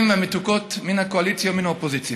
והמתוקות מן הקואליציה ומן האופוזיציה.